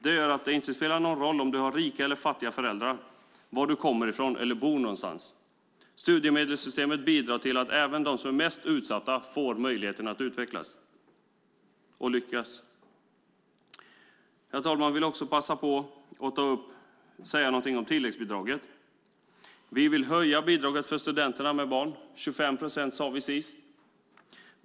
Det gör att det inte spelar någon roll om du har rika eller fattiga föräldrar, var du kommer ifrån eller var du bor. Studiemedelssystemet bidrar till att även de som är mest utsatta får möjlighet att utvecklas och lyckas. Jag vill också säga något om tilläggsbidraget. Vi vill höja bidraget för studenter med barn - med 25 procent, sade vi senast.